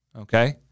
okay